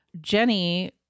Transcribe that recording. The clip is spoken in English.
jenny